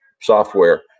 software